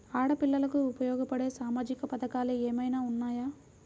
ఆడపిల్లలకు ఉపయోగపడే సామాజిక పథకాలు ఏమైనా ఉన్నాయా?